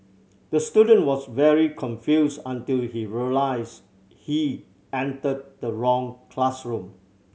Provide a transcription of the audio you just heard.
the student was very confused until he realised he entered the wrong classroom